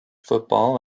football